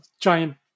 giant